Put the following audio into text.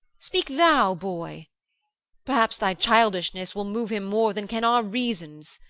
speak thou, boy perhaps thy childishness will move him more than can our reasons